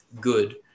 good